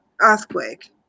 earthquake